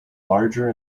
larger